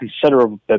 considerable